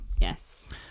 Yes